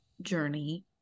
journey